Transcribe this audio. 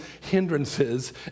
hindrances